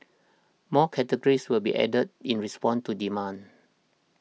more categories will be added in response to demand